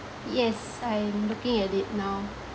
yes I'm looking at it now